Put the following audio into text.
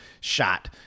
shot